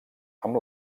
amb